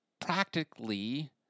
practically